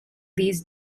these